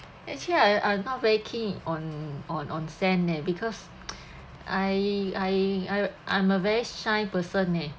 actually I I not very keen on on onsen leh because I I I I'm a very shy person leh